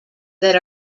that